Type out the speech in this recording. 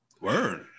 Word